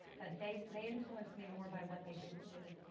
but they they influenced me more by what they didn't do